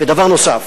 ודבר נוסף,